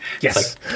yes